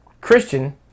Christian